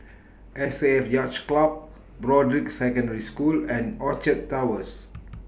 S A F Yacht Club Broadrick Secondary School and Orchard Towers